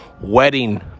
wedding